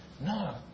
no